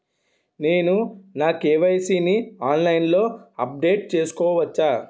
నేను నా కే.వై.సీ ని ఆన్లైన్ లో అప్డేట్ చేసుకోవచ్చా?